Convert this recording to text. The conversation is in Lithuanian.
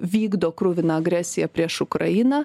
vykdo kruviną agresiją prieš ukrainą